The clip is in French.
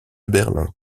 berlin